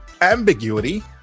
ambiguity